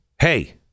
Hey